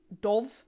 Dov